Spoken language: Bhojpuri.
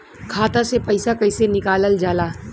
खाता से पैसा कइसे निकालल जाला?